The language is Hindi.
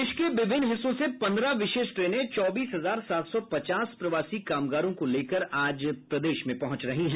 देश के विभिन्न हिस्सों से पन्द्रह विशेष ट्रेनें चौबीस हजार सात सौ पचास प्रवासी कामगारों को लेकर आज प्रदेश में पहुंच रही है